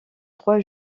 trois